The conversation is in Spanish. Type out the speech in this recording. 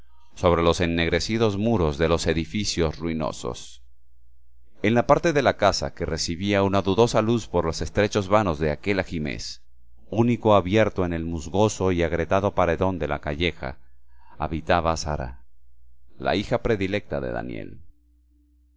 sobre los ennegrecidos muros de los edificios ruinosos en la parte de la casa que recibía una dudosa luz por los estrechos vanos de aquel ajimez único abierto en el musgoso y agrietado paredón de la calleja habitaba sara la hija predilecta de daniel